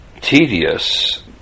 tedious